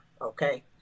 okay